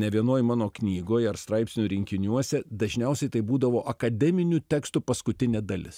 ne vienoj mano knygoj ar straipsnių rinkiniuose dažniausiai tai būdavo akademinių tekstų paskutinė dalis